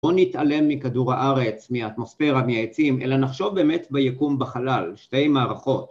‫לא נתעלם מכדור הארץ, ‫מהאטמוספירה, מהעצים, ‫אלא נחשוב באמת ביקום בחלל, ‫שתי מערכות.